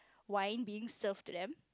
wine being served to them